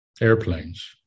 airplanes